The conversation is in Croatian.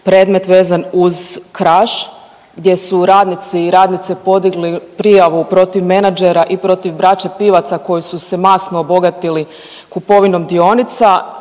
predmet vezan u Kraš gdje su radnici i radnice podigli prijavu protiv menadžera i protiv braće Pivaca koji su se masno obogatili kupovinom dionica.